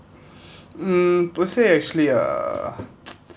mm per se actually uh